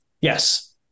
Yes